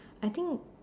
I think